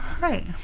Right